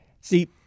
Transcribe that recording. see